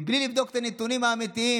מבלי לבדוק את הנתונים האמיתיים.